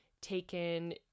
taken